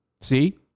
See